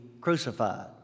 crucified